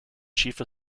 chief